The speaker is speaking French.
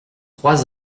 trois